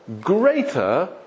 greater